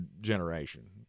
generation